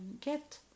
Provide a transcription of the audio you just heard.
get